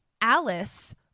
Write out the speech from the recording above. Alice